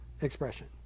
expression